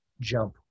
jump